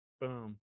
Boom